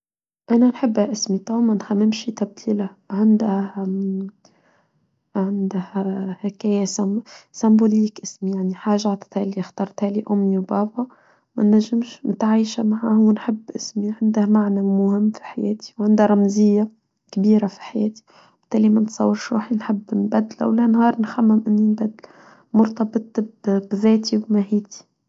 أنا نحبها اسمي طبعاً ما نخممش يتبديلها عندها هكاية سامبوليك اسمي يعني حاجة تتالي اخترتها لي أمي وبابا ما ننجمش نتعيشها معاه ونحب اسمي عندها معنى مهم في حياتي وعندها رمزية كبيرة في حياتي وطالما نصور شو حين حب نبدل أو لنهار نخمم أن نبدل مرتبطة بذاتي ومهيتي.